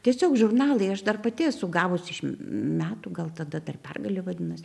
tiesiog žurnalai aš dar pati esu gavusi iš metų gal tada dar pergalė vadinosi